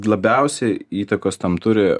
labiausiai įtakos tam turi